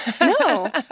No